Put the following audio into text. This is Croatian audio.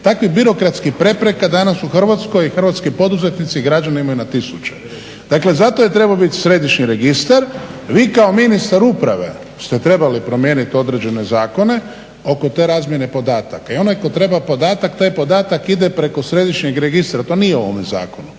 takvih birokratskih prepreka danas u Hrvatskoj hrvatski poduzetnici i građani imaju na tisuće. Dakle zato je trebao biti središnji registar, vi kao ministar uprave ste trebali promijeniti određene zakone oko te razmjene podataka i onaj tko treba podatak taj podatak ide preko središnjeg registra, to nije u ovom zakonu,